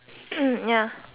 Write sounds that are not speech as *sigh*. *coughs* ya